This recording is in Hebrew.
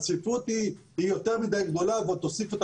הצפיפות יותר מדי גדולה ועוד תוסיפו את